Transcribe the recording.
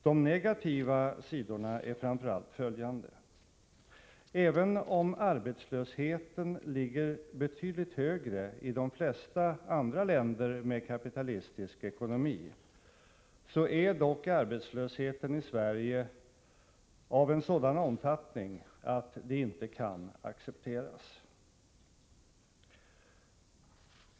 De negativa sidorna är framför allt följande: Även om arbetslösheten ligger betydligt högre i de flesta andra länder med kapitalistisk ekonomi, är arbetslösheten i Sverige av en sådan omfattning att den inte kan accepteras.